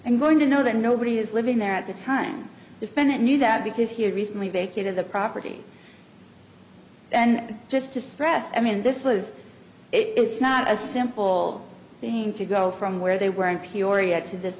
and going to know that nobody is living there at the time and defendant knew that because he had recently vacated the property and just distressed i mean this was it is not a simple thing to go from where they were in peoria to this